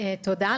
תודה.